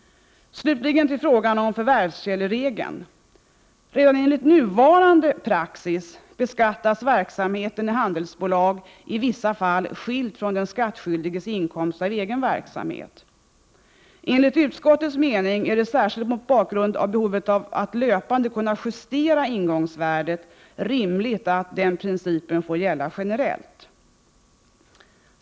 Slutligen till frågan om förvärvskälleregeln. Redan enligt nuvarande praxis beskattas verksamheten i handelsbolag i vissa fall skilt från den skattskyldigesinkomst av egen verksamhet. Enligt utskottets mening är det, särskilt mot bakgrund av behovet att löpande kunna justera ingångsvärdet, rimligt att den principen får gälla generellt.